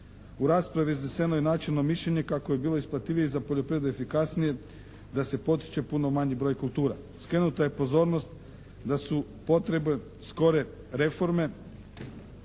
U raspravi izneseno je načelno mišljenje kako je bilo isplativije i za poljoprivredu efikasnije da se potiče puno manji broj kultura. Skrenuta je pozornost da su potrebe skore reforme